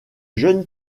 jeune